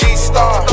G-Star